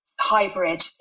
hybrid